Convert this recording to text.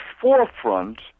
forefront